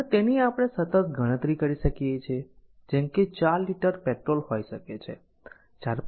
અને તેની આપણે સતત ગણતરી કરી શકી છીએ જેમ કે 4 લિટર પેટ્રોલ હોઈ શકે છે 4